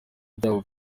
byabo